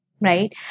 right